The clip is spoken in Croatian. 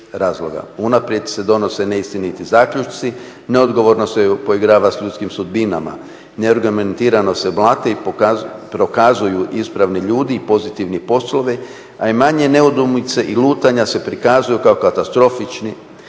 Unaprijed se donose neistiniti zaključci, neodgovorno se poigrava s ljudskim sudbinama, neargumentirano se blate i prokazuju ispravni ljudi i pozitivni poslovi, a manje nedoumice i lutanja se prikazuju kao katastrofični.